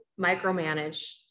micromanage